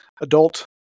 adult